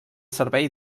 servei